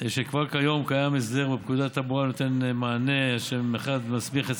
כבר כיום קיים הסדר בפקודת התעבורה הנותן מענה שמסמיך את